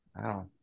wow